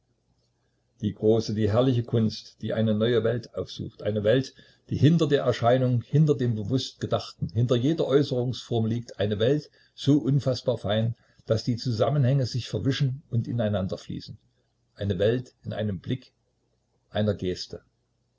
die große die herrliche kunst die eine neue welt aufsucht eine welt die hinter der erscheinung hinter dem bewußt gedachten hinter jeder äußerungsform liegt eine welt so unfaßbar fein daß die zusammenhänge sich verwischen und ineinanderfließen eine welt in einem blick einer geste